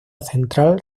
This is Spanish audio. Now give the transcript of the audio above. central